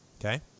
okay